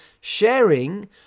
sharing